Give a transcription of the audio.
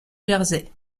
jersey